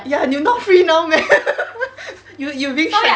ya and you not free now meh you you